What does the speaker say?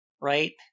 right